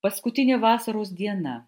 paskutinė vasaros diena